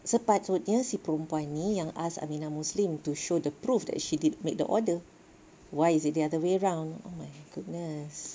sepatutnya si perempuan ni yang ask aminah muslim to show the proof that she did make the order why is it the other way round oh my goodness